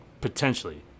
potentially